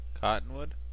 Cottonwood